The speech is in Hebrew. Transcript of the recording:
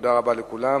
תודה רבה לכולם,